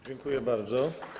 Dziękuję bardzo.